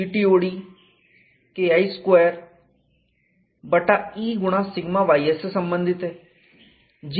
CTOD KI square बटा E गुणा σys से संबंधित है